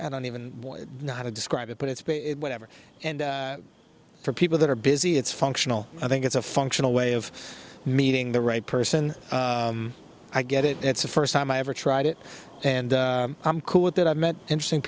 i don't even know how to describe it but it's whatever and for people that are busy it's functional i think it's a functional way of meeting the right person i get it it's the first time i ever tried it and i'm cool with that i've met interesting